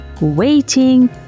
waiting